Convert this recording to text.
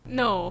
no